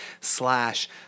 slash